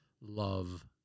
love